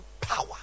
power